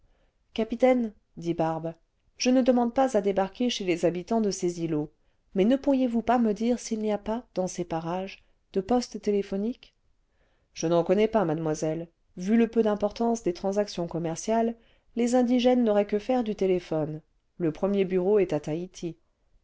capitaine dit barbe je ne demande pas à débarquer chez les habitants de ces îlots mais ne pourriezrvoûs pas me dire s'il n'y a pas dans ces parages de poste téléphonique je n'en connais pas mademoiselle vu le peu d'importance destransactions commerciales les indigènes n'auraient que faire du téléphone le premier bureau est à taïti